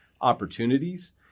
opportunities